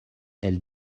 elle